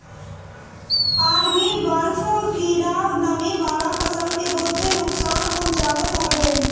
army worm कीड़ा नमी वाला फसल के बहुते नुकसान पहुंचावत हवे